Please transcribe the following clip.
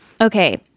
Okay